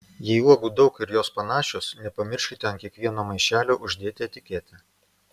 jei uogų daug ir jos panašios nepamirškite ant kiekvieno maišelio uždėti etiketę